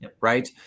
Right